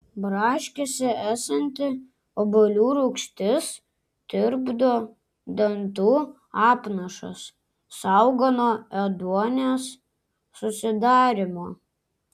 braškėse esanti obuolių rūgštis tirpdo dantų apnašas saugo nuo ėduonies susidarymo